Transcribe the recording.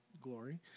Glory